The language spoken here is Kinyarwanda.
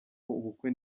ubukwe